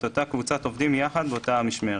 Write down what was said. את אותה קבוצת עובדים יחד באותה המשמרת.